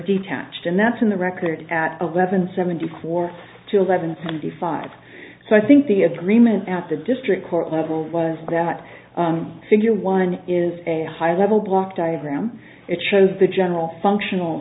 detached and that's in the record at eleven seventy four to eleven thirty five so i think the agreement at the district court level was that figure one is a high level block diagram it shows the general functional